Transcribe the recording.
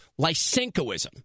Lysenkoism